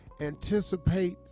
anticipate